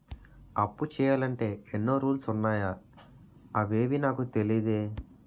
అప్పు చెయ్యాలంటే ఎన్నో రూల్స్ ఉన్నాయా అవేవీ నాకు తెలీదే